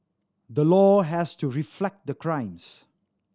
the law has to reflect the crimes